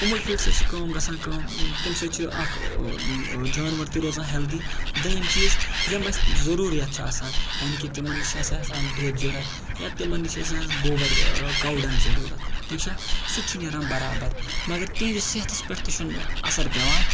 Amul feed سۭتۍ چھِ کٲم گژھان کٲم تمہِ سۭتۍ چھِ اَکھ جاناوَار تہِ روزان ہٮ۪لدی دٔیِم چیٖز یِم اَسہِ ضٔروٗریات چھِ آسان یعنے کہِ تِمَن نِش چھِ اَسہِ آسان دۄد ضوٚرَتھ یا تِمَن نِش اَسہِ آسہِ گوبر کَو ڈَنٛگ ضٔروٗرت ٹھیٖک چھا سُہ تہِ چھِ نیران برابر مگر تِہِنٛدِس صحتَس پٮ۪ٹھ تہِ چھُںہٕ اثر پٮ۪وان